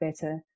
better